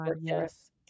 yes